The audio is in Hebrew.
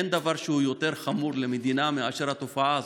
אין דבר שהוא יותר חמור למדינה מאשר התופעה הזאת.